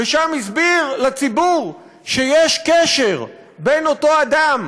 ושם הסביר לציבור שיש קשר בין אותו אדם